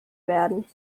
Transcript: werden